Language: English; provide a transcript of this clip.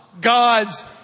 God's